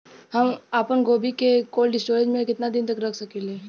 हम आपनगोभि के कोल्ड स्टोरेजऽ में केतना दिन तक रख सकिले?